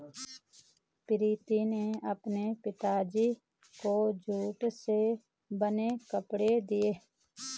प्रीति ने अपने पिताजी को जूट से बने कपड़े दिए